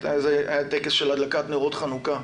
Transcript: היה טקס של הדלקת נרות חנוכה,